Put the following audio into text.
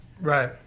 Right